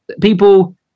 people